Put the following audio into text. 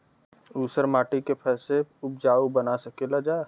ऊसर माटी के फैसे उपजाऊ बना सकेला जा?